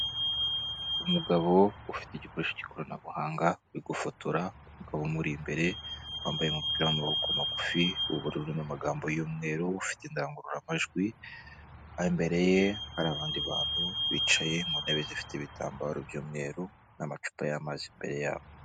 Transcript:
Umugabo ufite igikoresho cy'ikoranabuhanga uri gufotora umugabo umur'imbere, wambaye umupira w'amaboko magufi w'ubururu n'amagambo y'umweru ufite indangururamajwi, imbere ye hari abandi bantu bicaye mu ntebe zifite ibitambaro by'umweru n'amacupa y'amazi imbere yabo.